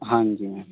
ਹਾਂਜੀ ਮੈਮ